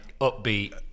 upbeat